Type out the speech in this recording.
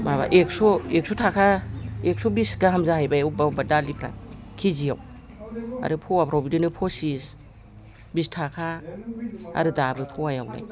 माबा एकस' एकस' थाखा एकस' बिस गाहाम जाहैबाय अबेबा अबेबा दालिफ्रा केजियाव आरो फवाफ्राव बिदिनो पसिस बिस थाखा आरो दाबो फवायावलाय